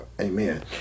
Amen